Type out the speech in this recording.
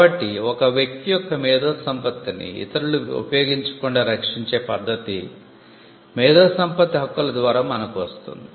కాబట్టి ఒక వ్యక్తి యొక్క మేధో సంపత్తిని ఇతరులు ఉపయోగించకుండా రక్షించే పద్ధతి మేధో సంపత్తి హక్కుల ద్వారా మనకు వస్తుంది